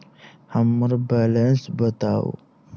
हम्मर बैलेंस बताऊ